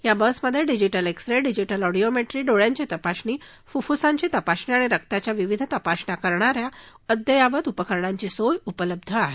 या बसमध्ये digital X ray digital audiometry डोळ्यांची तपासणी फुफ्फूसाची तपासणी आणि रक्ताच्या विविध तपासण्या करणाच्या अद्ययावत उपकरणांची सोय उपलब्ध आहे